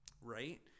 right